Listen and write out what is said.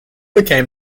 became